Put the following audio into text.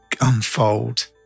unfold